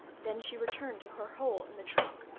then she returned to her hole in the trunk,